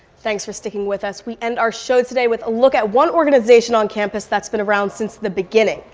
thanks for sticking with us we end our show today with a look at one organization on campus that's been around since the beginning.